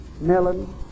melon